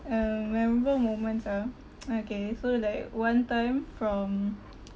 um memorable moments ah okay so like one time from